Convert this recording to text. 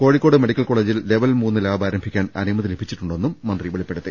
Kozhikode medical കോളേ ജിൽ level ദ ലാബ് ആരംഭിക്കാൻ അനുമതി ലഭിച്ചിട്ടു ണ്ടെന്നും മന്ത്രി വെളിപ്പെടുത്തി